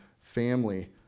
family